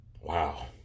Wow